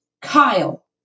Kyle